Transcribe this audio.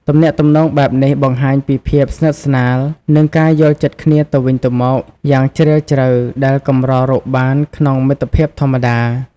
ទំនាក់ទំនងបែបនេះបង្ហាញពីភាពស្និទ្ធស្នាល និងការយល់ចិត្តគ្នាទៅវិញទៅមកយ៉ាងជ្រាលជ្រៅ ដែលកម្ររកបានក្នុងមិត្តភាពធម្មតា។